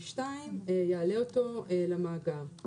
ושניים יעלה אותו למאגר.